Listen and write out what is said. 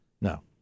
No